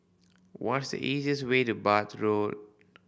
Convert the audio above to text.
what's the easiest way to Bath Road